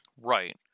right